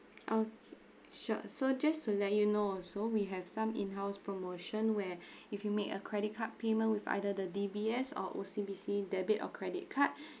okay sure so just to let you know also we have some in house promotion where if you make a credit card payment with either the D_B_S or O_C_B_C debit or credit card